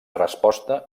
resposta